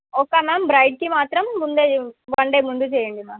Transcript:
ఒక మ్యామ్ బ్రైడ్కి మాత్రం ముందే వన్ డే ముందు చెయ్యండి మ్యామ్